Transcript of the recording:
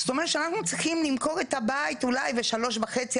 זאת אומרת שאנחנו צריכים למכור את הבית אולי ב-3.5,